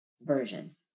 version